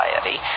Society